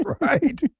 Right